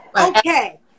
Okay